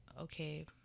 okay